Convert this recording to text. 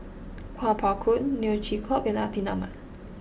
Kuo Pao Kun Neo Chwee Kok and Atin Amat